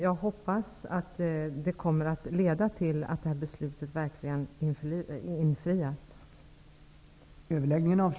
Jag hoppas att det kommer att leda till att beslutet verkligen infrias.